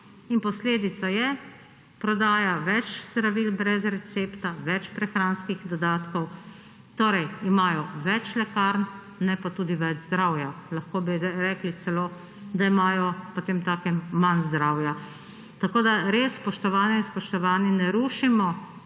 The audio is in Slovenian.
Posledica je prodaja več zdravil brez recepta, več prehranskih dodatkov. Imajo torej več lekarn, ne pa tudi več zdravja. Lahko bi rekli celo, da imajo potemtakem manj zdravja. Tako da res, spoštovane in spoštovani, ne rušimo,